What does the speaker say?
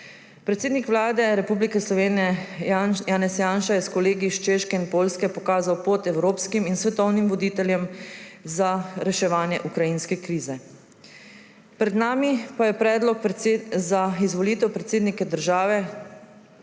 Predsednik Vlade Republike Slovenije Janez Janša je s kolegi iz Češke in Poljske evropskim in svetovnim voditeljem pokazal pot za reševanje ukrajinske krize. Pred nami pa je predlog predsednika države,